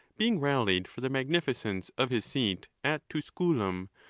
being rallied for the magnificence of his seat at tusculum,